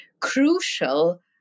crucial